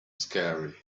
scary